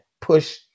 push